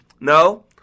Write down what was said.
No